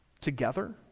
together